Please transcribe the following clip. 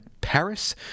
Paris